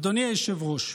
אדוני היושב-ראש,